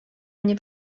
mnie